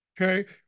okay